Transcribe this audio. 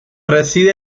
reside